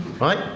right